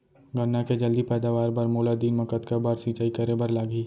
गन्ना के जलदी पैदावार बर, मोला दिन मा कतका बार सिंचाई करे बर लागही?